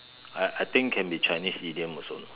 I I think can be Chinese idiom also lah